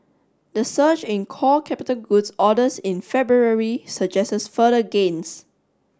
the surge in core capital goods orders in February suggests further gains